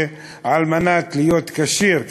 שכדי להיות כשיר,